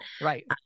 Right